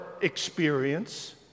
experience